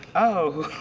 oh.